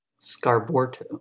scarborto